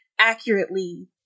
accurately